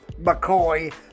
McCoy